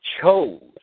chose